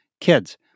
kids